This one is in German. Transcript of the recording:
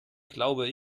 glaube